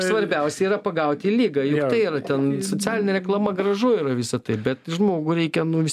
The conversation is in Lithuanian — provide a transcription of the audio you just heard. svarbiausia yra pagauti ligą juk tai yra ten socialinė reklama gražu yra visa tai bet žmogui reikia nu vis